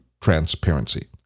transparency